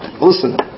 listen